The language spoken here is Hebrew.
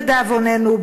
לדאבוננו,